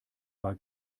war